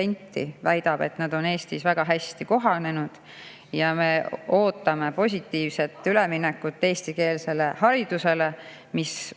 neid, kes väidavad, et nad on Eestis väga hästi kohanenud. Me ootame positiivset üleminekut eestikeelsele haridusele, mis